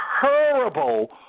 terrible